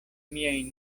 miajn